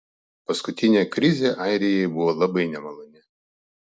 paskutinė krizė airijai buvo labai nemaloni